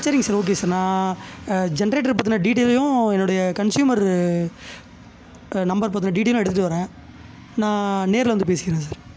சரிங்க sir okay sir நான் ஜென்ரேட்டரை பற்றின டீட்டெயிலையும் என்னோடய கன்ஸ்யூமரு நம்பர் பற்றின டீட்டெயிலும் எடுத்துட்டு வரேன் நான் நேர்ல வந்து பேசிக்குறேன் சார்